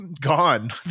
gone